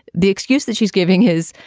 the excuse that she's giving his.